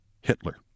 Hitler